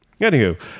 Anywho